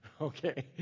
Okay